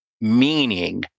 meaning